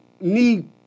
need